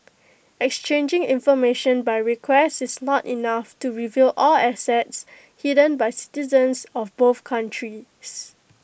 exchanging information by request is not enough to reveal all assets hidden by citizens of both countries